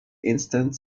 instant